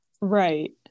right